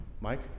Mike